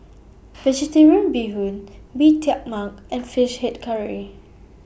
Vegetarian Bee Hoon Bee Tai Mak and Fish Head Curry